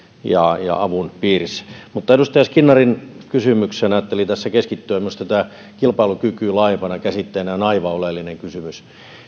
ja ja avun piirissä mutta edustaja skinnarin kysymykseen ajattelin tässä keskittyä minusta kilpailukyky laajempana käsitteenä on aivan oleellinen kysymys